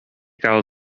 gael